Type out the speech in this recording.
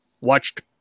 Watched